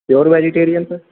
pure vegetarian sir